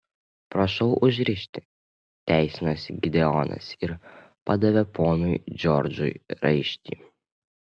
prašau užrišti teisinosi gideonas ir padavė ponui džordžui raištį